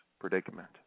predicament